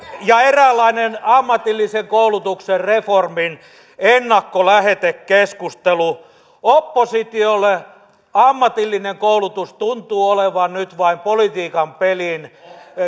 ja eräänlainen ammatillisen koulutuksen reformin ennakkolähetekeskustelu oppositiolle ammatillinen koulutus tuntuu olevan nyt vain politiikan pelin